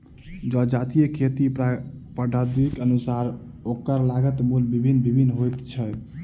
जजातिक खेती पद्धतिक अनुसारेँ ओकर लागत मूल्य भिन्न भिन्न होइत छै